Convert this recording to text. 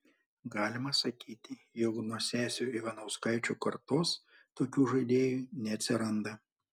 galima sakyti jog nuo sesių ivanauskaičių kartos tokių žaidėjų neatsiranda